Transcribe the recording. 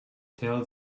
tell